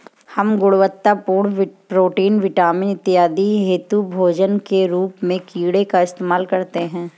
हम गुणवत्तापूर्ण protein, vitamin इत्यादि हेतु भोजन के रूप में कीड़े का इस्तेमाल करते हैं